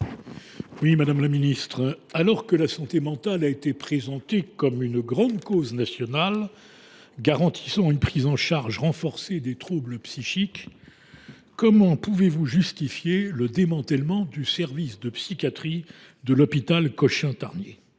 soins. Madame la ministre, alors que la santé mentale a été érigée en grande cause nationale pour garantir une prise en charge renforcée des troubles psychiques, comment pouvez vous justifier le démantèlement du service de psychiatrie de l’hôpital Cochin Tarnier ?